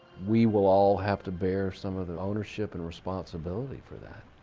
we will all have to bear some of the ownership and responsibility for that.